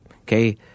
Okay